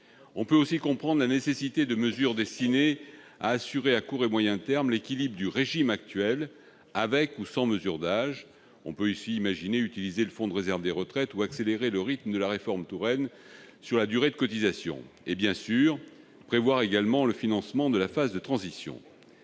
On peut aussi comprendre la nécessité de mesures destinées à assurer, à court et moyen termes, l'équilibre du régime actuel, avec ou sans mesures d'âge. On peut également imaginer utiliser le Fonds de réserve des retraites ou accélérer le rythme de la réforme Touraine sur la durée de cotisation. Bien sûr, il faut aussi prévoir le financement de la phase de transition.